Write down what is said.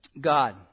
God